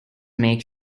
make